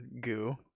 goo